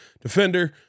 defender